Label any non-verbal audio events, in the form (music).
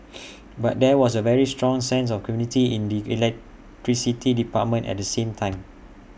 (noise) but there was A very strong sense of community in the electricity department at the same time